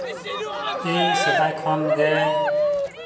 ᱤᱧ ᱥᱮᱫᱟᱭ ᱠᱷᱚᱱ ᱜᱮ